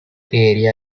area